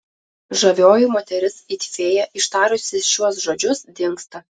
žavioji moteris it fėja ištarusi šiuos žodžius dingsta